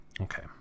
okay